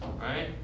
right